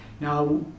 now